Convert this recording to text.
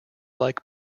like